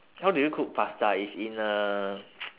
how do you cook pasta it's in a